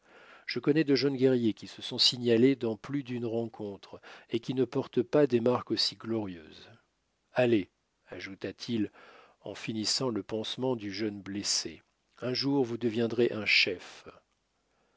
je connais de jeunes guerriers qui se sont signalés dans plus d'une rencontre et qui ne portent pas des marques aussi glorieuses allez ajouta-t-il en finissant le pansement du jeune blessé un jour vous deviendrez un chef